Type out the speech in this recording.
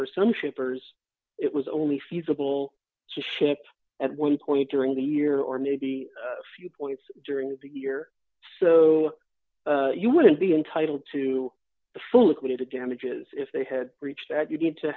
for some shippers it was only feasible to ship at one point during the year or maybe a few points during the year so you wouldn't be entitled to the full occluded of damages if they had reached that you need to